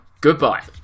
goodbye